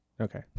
Okay